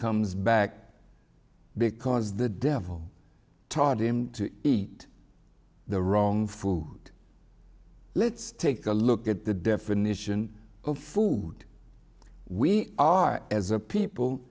comes back because the devil taught him to eat the wrong food let's take a look at the definition of food we are as a people